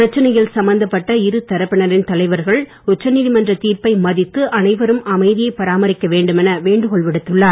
பிரச்சனையில் சம்பந்தப்பட்ட இருதரப்பினரின் தலைவர்கள் உச்சநீதிமன்ற தீர்ப்பை அனைவரும் மதித்து அமைதியை பாராமரிக்க வேண்டும் என வேண்டுகோள் விடுத்துள்ளனர்